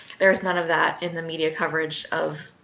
there is none of that in the media coverage of